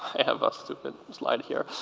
have a stupid slide here.